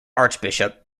archbishop